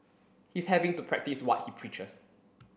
he's having to practice what he preaches